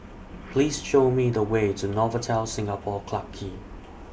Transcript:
Please Show Me The Way to Novotel Singapore Clarke Quay